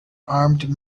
armed